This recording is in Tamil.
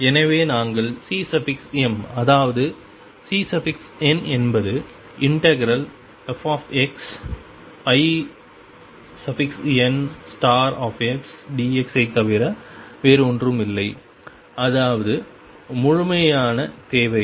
எனவே நாங்கள் Cm அதாவது Cn என்பது fxndx ஐத் தவிர வேறு ஒன்றும் இல்லை அதாவது முழுமையான தேவைகள்